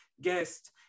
guest